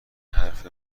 حرف